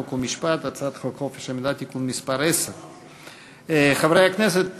חוק ומשפט את הצעת חוק חופש המידע (תיקון מס' 10). חברי הכנסת,